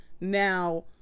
Now